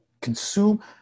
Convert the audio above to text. consume